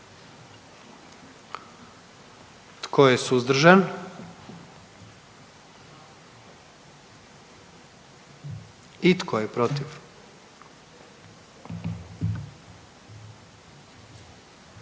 Tko je suzdržan? I tko je protiv?